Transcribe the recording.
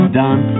done